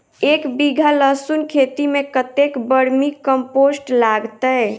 एक बीघा लहसून खेती मे कतेक बर्मी कम्पोस्ट लागतै?